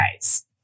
guys